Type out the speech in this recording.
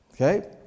Okay